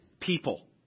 people